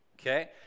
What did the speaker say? okay